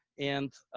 and